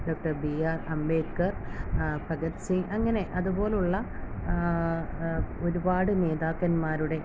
doctor B R Ambedkar Bhagat Singh അങ്ങനെ അതുപോലെയുള്ള ഒരുപാടു നേതാക്കന്മാരുടെ